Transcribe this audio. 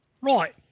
Right